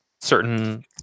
certain